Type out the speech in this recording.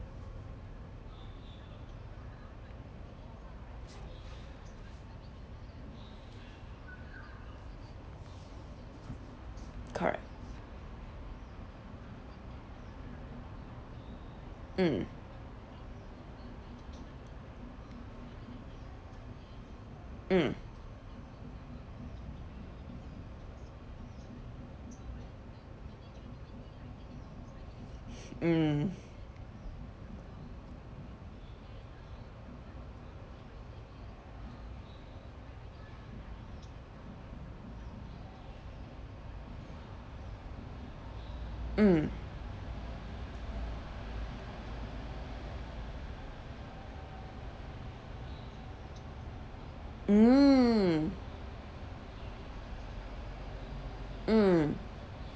correct mm mm mm mm mm mm